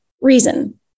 reason